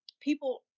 people